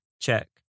check